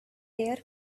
their